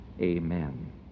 Amen